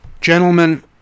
Gentlemen